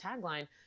tagline